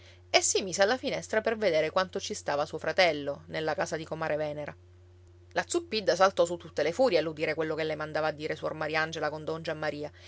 e si mise alla finestra per vedere quanto ci stava suo fratello nella casa di comare venera la zuppidda saltò su tutte le furie all'udire quello che le mandava a dire suor mariangela con don giammaria